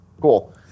Cool